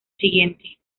siguiente